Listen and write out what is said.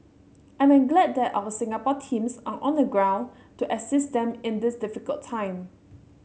I am glad that our Singapore teams are on the ground to assist them in this difficult time